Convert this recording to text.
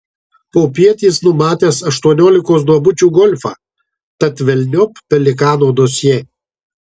popiet jis numatęs aštuoniolikos duobučių golfą tad velniop pelikano dosjė